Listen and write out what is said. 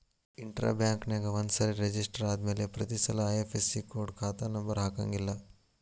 intra ಬ್ಯಾಂಕ್ನ್ಯಾಗ ಒಂದ್ಸರೆ register ಆದ್ಮ್ಯಾಲೆ ಪ್ರತಿಸಲ ಐ.ಎಫ್.ಎಸ್.ಇ ಕೊಡ ಖಾತಾ ನಂಬರ ಹಾಕಂಗಿಲ್ಲಾ